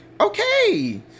Okay